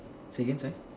say again sorry